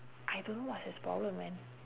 I don't know what's his problem man